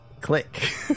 click